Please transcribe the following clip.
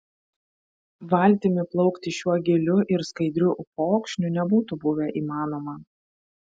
valtimi plaukti šiuo giliu ir skaidriu upokšniu nebūtų buvę įmanoma